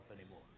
anymore